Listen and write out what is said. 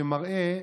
שמראה,